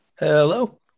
Hello